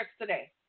today